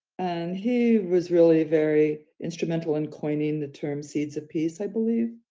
and he was really very instrumental in coining the term seeds of peace, i believe.